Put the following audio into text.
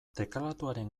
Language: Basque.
teklatuaren